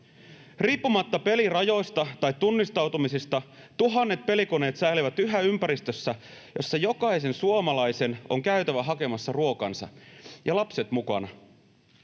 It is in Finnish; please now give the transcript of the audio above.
Riippumatta pelirajoista tai tunnistautumisista tuhannet pelikoneet säilyvät yhä ympäristössä, jossa jokaisen suomalaisen on käytävä hakemassa ruokansa — ja lapset mukana.